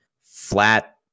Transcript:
flat